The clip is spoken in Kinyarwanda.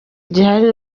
gihari